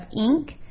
ink